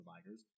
providers